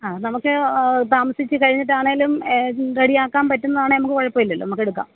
ആ നമുക്ക് താമസിച്ച് കഴിഞ്ഞിട്ടാണെങ്കിലും റെഡിയാക്കാൻ പറ്റുന്നതാണെ നമുക്ക് കുഴപ്പവുമില്ലല്ലോ നമുക്കെടുക്കാം